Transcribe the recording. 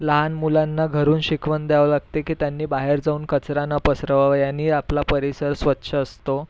लहान मुलांना घरून शिकवण द्यावं लागते की त्यांनी बाहेर जाऊन कचरा न पसरावावे आणि आपला परिसर स्वच्छ असतो